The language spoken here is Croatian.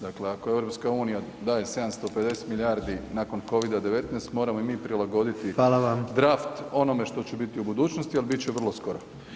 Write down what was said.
Dakle, ako EU daje 750 milijardi nakon Covida-19 moramo i mi prilagoditi [[Upadica: Hvala vam.]] draft onome što će biti u budućnosti, a bit će vrlo skoro.